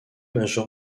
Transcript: major